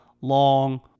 long